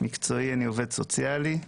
במקצועי אני עובד סוציאלי.